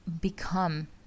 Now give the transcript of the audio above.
become